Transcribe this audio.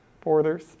borders